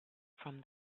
from